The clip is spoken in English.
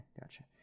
gotcha